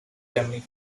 germany